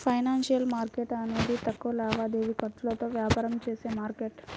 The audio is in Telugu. ఫైనాన్షియల్ మార్కెట్ అనేది తక్కువ లావాదేవీ ఖర్చులతో వ్యాపారం చేసే మార్కెట్